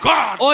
God